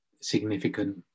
significant